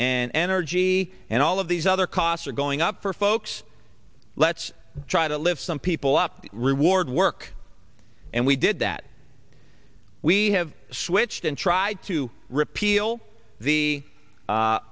and energy and all of these other costs are going up for folks let's try to lift some people up to reward work and we did that we have switched and tried to repeal the